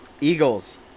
Eagles